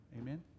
Amen